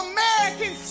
American